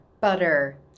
butter